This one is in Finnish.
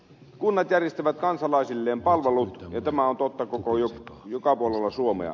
kunnat järjestävät kansalaisilleen palvelut ja tämä on totta joka puolella suomea